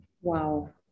Wow